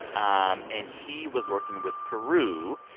um and he was working with peru.